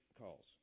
calls